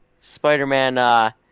Spider-Man